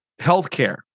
Healthcare